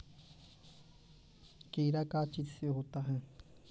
कीड़ा का चीज से होता है?